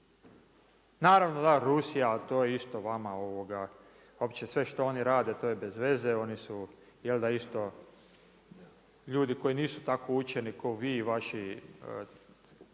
Naravno, da Rusija, to je isto vama uopće sve što oni rade to je bezveze, oni su jel da isto ljudi koji nisu tako učeni ko vi i vaši